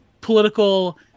political